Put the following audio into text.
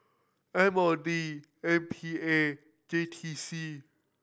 M O D M P A J T C